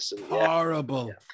Horrible